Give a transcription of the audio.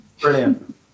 Brilliant